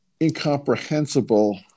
incomprehensible